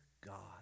God